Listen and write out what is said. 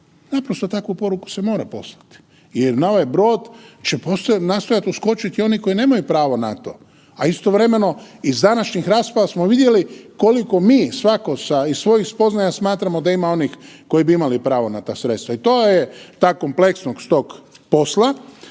Naprosto takvu poruku se mora poslati jer na ovaj brod će nastojati uskočiti oni koji nemaju pravo na to, a istovremeno iz današnjih rasprava smo vidjeli koliko mi svako iz svojih spoznaja smatramo da ima onih koji bi imali pravo na ta sredstva i to je ta kompleksnost tog posla.